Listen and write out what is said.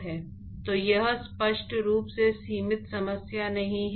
तो यह स्पष्ट रूप से सीमित समस्या नहीं है